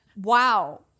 Wow